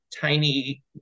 tiny